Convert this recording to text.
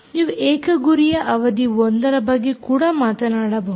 ನೀವು ಏಕ ಗುರಿಯ ಅವಧಿ 1 ರ ಬಗ್ಗೆ ಕೂಡ ಮಾತನಾಡಬಹುದು